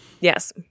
Yes